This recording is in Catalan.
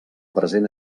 present